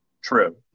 true